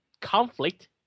conflict